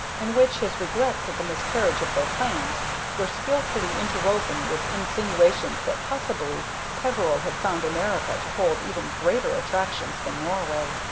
in which his regrets at the miscarriage of their plans were skilfully interwoven with insinuations that possibly peveril had found america to hold even greater attractions than norway.